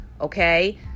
Okay